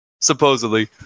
supposedly